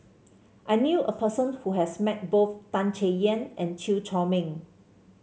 I knew a person who has met both Tan Chay Yan and Chew Chor Meng